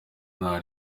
nta